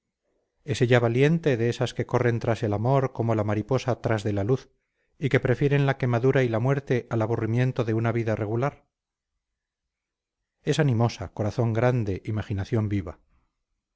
es ella valiente de estas que corren tras el amor como la mariposa tras de la luz y que prefieren la quemadura y la muerte al aburrimiento de una vida regular es animosa corazón grande imaginación viva